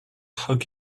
hug